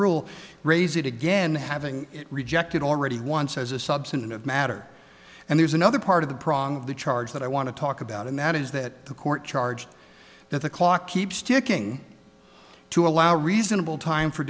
rule raise it again having rejected already once as a substantive matter and there's another part of the promise of the charge that i want to talk about and that is that the court charged that the clock keeps ticking to allow a reasonable time for